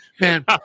man